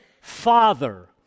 Father